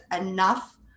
enough